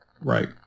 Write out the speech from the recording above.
right